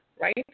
right